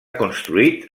construït